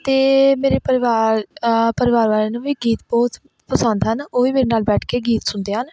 ਅਤੇ ਮੇਰੇ ਪਰਿਵਾਰ ਪਰਿਵਾਰ ਵਾਲਿਆਂ ਨੂੰ ਵੀ ਗੀਤ ਬਹੁਤ ਪਸੰਦ ਹਨ ਉਹ ਵੀ ਮੇਰੇ ਨਾਲ ਬੈਠ ਕੇ ਗੀਤ ਸੁਣਦੇ ਹਨ